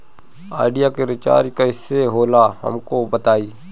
Idea के recharge कईसे होला हमका बताई?